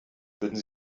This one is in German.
würden